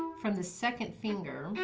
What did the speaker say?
from the second finger,